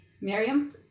Miriam